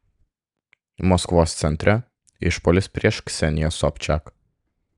maskvos centre išpuolis prieš kseniją sobčiak